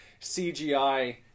cgi